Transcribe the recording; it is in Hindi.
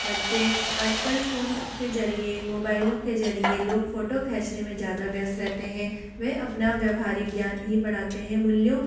बच्चे आजकल फ़ोन के जरिए मोबाइलों के जरिए लोग फ़ोटो खींचने में ज्यादा व्यस्त रहते हैं वह अपना व्यवहारिक ज्ञान नहीं बढ़ाते हैं मूल्यों